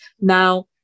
Now